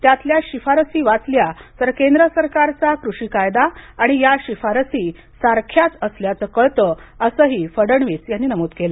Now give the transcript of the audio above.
त्यातल्या शिफारशी वाचल्या तर केंद्र सरकारचा कृषी कायदा आणि या शिफारशी सारख्याच असल्याचं कळतं असंही फडणवीस यांनी नमूद केलं